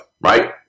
Right